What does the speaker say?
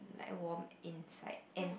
warm inside and